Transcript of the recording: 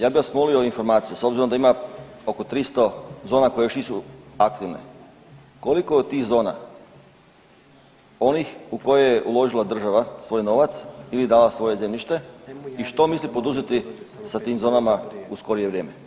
Ja bih vas molio informaciju s obzirom da ima oko 300 zona koje još nisu aktive, koliko je od tih zona onih u koje je uložila država svoj novac ili dala svoje zemljište i što misli poduzeti sa tim u skorije vrijeme.